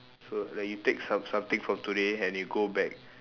so like you take some something from today and you go back